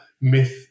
myth